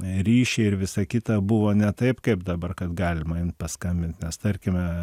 ryšiai ir visa kita buvo ne taip kaip dabar kad galima imt paskambint nes tarkime